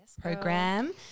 program